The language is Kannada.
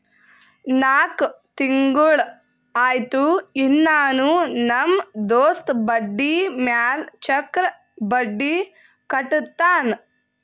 ನಾಕ್ ತಿಂಗುಳ ಆಯ್ತು ಇನ್ನಾನೂ ನಮ್ ದೋಸ್ತ ಬಡ್ಡಿ ಮ್ಯಾಲ ಚಕ್ರ ಬಡ್ಡಿ ಕಟ್ಟತಾನ್